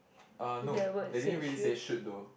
uh no they didn't really say should though